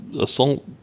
assault